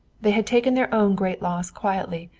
they had taken their own great loss quietly,